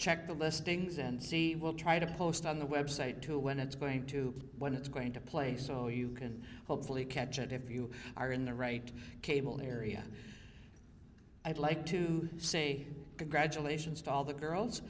check the listings and see will try to post on the website too when it's going to when it's going to play so you can hopefully catch it if you are in the right cable area i'd like to say congratulations to all the girls